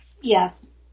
Yes